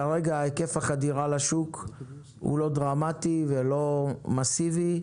כרגע היקף החדירה לשוק הוא לא דרמטי ולא מסיבי,